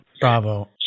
Bravo